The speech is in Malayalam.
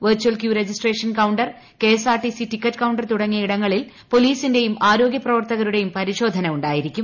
virtual queue registration counter KSRTC ticket counter തുടങ്ങിയ ഇടങ്ങളിൽ പോലീസിന്റെയും ആരോഗ്യപ്രവർത്തകരുടെയും പരിശോധന ഉണ്ടായിരിക്കും